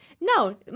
no